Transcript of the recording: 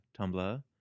Tumblr